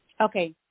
Okay